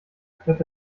fährt